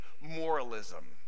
moralism